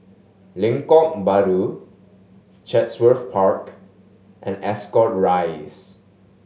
Lengkok Bahru Chatsworth Park and Ascot Rise